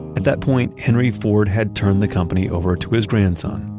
at that point, henry ford had turned the company over to his grandson,